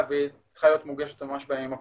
והיא צריכה להיות מוגשת ממש בימים הקרובים.